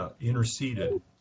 interceded